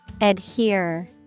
Adhere